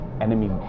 enemy